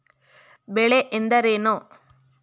ಬೆಳೆ ಎಂದರೇನು?